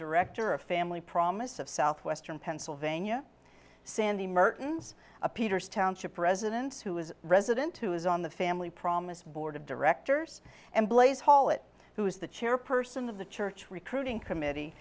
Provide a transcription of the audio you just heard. director of family promise of southwestern pennsylvania sandy merton's a peters township president who was resident who is on the family promise board of directors and blaze hall it who is the chairperson of the church recruiting committee